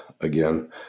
again